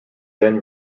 then